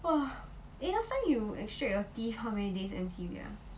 !wah! eh last time you extract your teeth how many days M_C ah